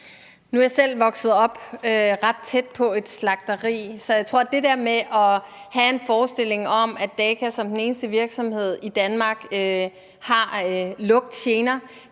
Nu er jeg selv vokset op ret tæt på et slagteri, så jeg tror, at det der med at have en forestilling om, at Daka som den eneste virksomhed i Danmark har lugtgener,